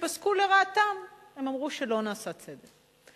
וכשפסקו לרעתם הם אמרו שלא נעשה צדק.